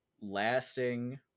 lasting